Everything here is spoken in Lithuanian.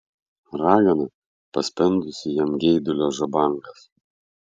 ragana paspendusi jam geidulio žabangas